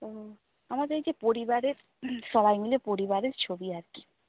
ও আমাদের কি পরিবারের সবাই মিলে পরিবারের ছবি আর কি